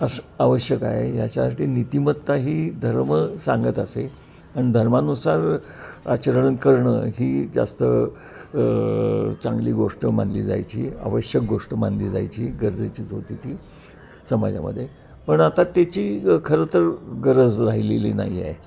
अश आवश्यक आहे याच्यासाठी नीतिमत्ता ही धर्म सांगत असे आणि धर्मानुसार आचरण करणं ही जास्त चांगली गोष्ट मानली जायची आवश्यक गोष्ट मानली जायची गरजेचीच होती ती समाजामध्ये पण आता त्याची खरं तर गरज राहिलेली नाही आहे